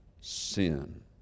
sin